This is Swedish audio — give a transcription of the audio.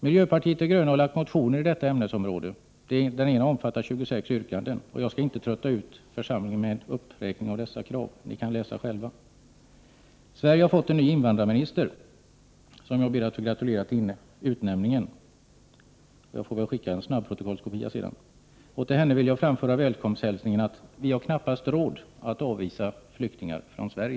Miljöpartiet de gröna har lagt motioner i detta ämnesområde — den ena omfattar 26 yrkanden — och jag skall inte trötta ut församlingen med en uppräkning av dessa krav. Ni kan ju läsa själva. Sverige har också fått en ny invandrarminister— som jag ber att få gratulera till utnämningen, och jag får väl skicka en kopia av snabbprotokollet sedan — och till henne vill jag framföra välkomsthälsingen: ”Vi har knappast råd att avvisa flyktingar från Sverige!”